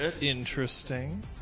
Interesting